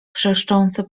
chrzęszczący